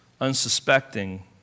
unsuspecting